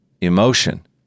emotion